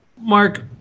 Mark